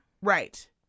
Right